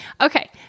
Okay